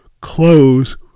close